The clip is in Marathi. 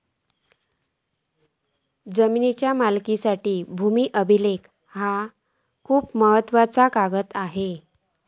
जमिनीच्या मालकीसाठी भूमी अभिलेख ह्यो लय महत्त्वाचो कागद आसा